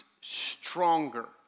stronger